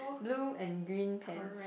blue and green pants